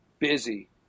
busy